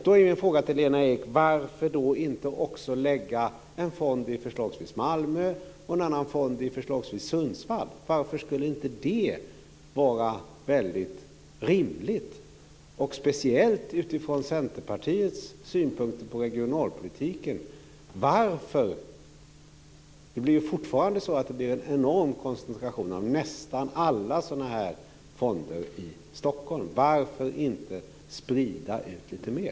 Då är frågan till Lena Ek: Varför inte också lägga en fond i förslagsvis Malmö och en annan fond i förslagsvis Sundsvall? Varför skulle inte det vara rimligt, speciellt utifrån Centerpartiets syn på regionalpolitiken? Varför? Det blir fortfarande en enorm koncentration av nästan alla sådana här fonder i Stockholm. Varför inte sprida ut lite mer?